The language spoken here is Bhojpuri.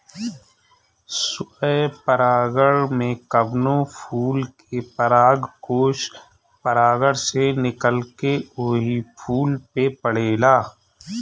स्वपरागण में कवनो फूल के परागकोष परागण से निकलके ओही फूल पे पड़ेला